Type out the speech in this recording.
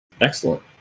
Excellent